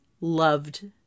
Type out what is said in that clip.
loved